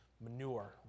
manure